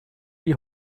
die